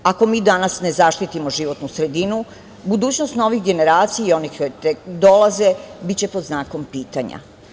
Ako mi danas ne zaštitimo životnu sredinu budućnost novih generacija i onih koje tek dolaze, biće pod znakom pitanja.